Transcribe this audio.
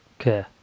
Okay